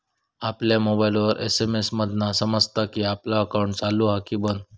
आपल्या मोबाईलवर एस.एम.एस मधना समजता कि आपला अकाउंट चालू हा कि बंद